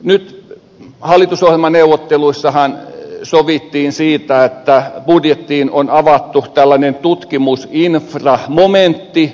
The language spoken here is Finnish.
nyt hallitusohjelmaneuvotteluissahan sovittiin siitä että budjettiin on avattu tällainen tutkimusinframomentti